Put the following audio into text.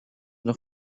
nog